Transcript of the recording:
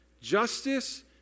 Justice